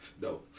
No